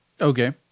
Okay